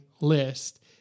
list